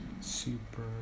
super